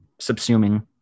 subsuming